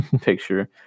picture